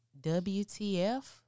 WTF